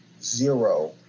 zero